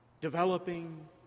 developing